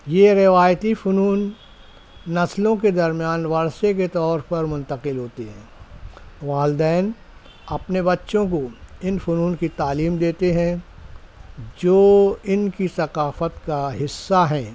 یہ روایتی فنون نسلوں کے درمیان ورثے کے طور پر منتقل ہوتی ہے والدین اپنے بچوں کو ان فنون کی تعلیم دیتے ہیں جو ان کی ثقافت کا حصہ ہیں